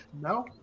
no